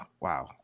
wow